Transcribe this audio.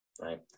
right